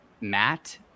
Matt